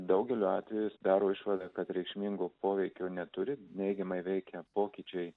daugeliu atveju jis daro išvadą kad reikšmingo poveikio neturi neigiamai veikia pokyčiai